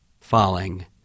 falling